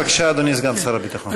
בבקשה, אדוני סגן שר הביטחון.